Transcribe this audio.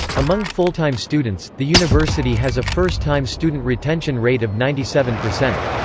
among full-time students, the university has a first-time student retention rate of ninety seven percent.